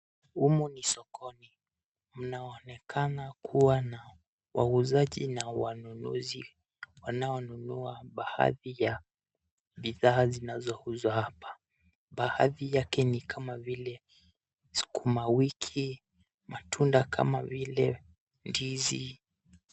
Humu ni sokoni, mnaonekana kuwa na wauzaji na wanunuzi wanao nunua baadhi ya bidhaa zinazouzwa hapa. baadhi yake ni kama vile sukuma wiki, matunda kama vile ndizi.